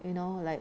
you know like